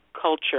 culture